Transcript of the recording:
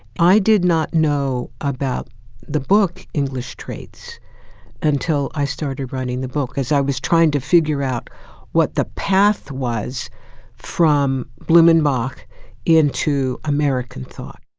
i did not know about the book english traits until i started writing the book, as i was trying to figure out what the path was from blumenbach into american thought.